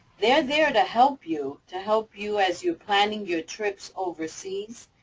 they're there to help you, to help you as you're planning your trips overseas.